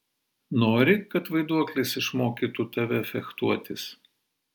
nori kad vaiduoklis išmokytų tave fechtuotis